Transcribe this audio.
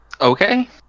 Okay